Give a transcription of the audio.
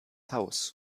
haus